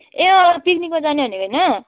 ए अँ पिकनिकमा जाने भनेको होइन